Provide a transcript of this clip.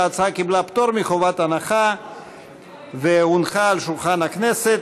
ההצעה קיבלה פטור מחובת הנחה והונחה על שולחן הכנסת.